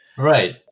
Right